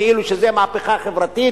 כאילו שזה מהפכה חברתית,